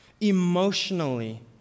emotionally